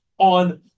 on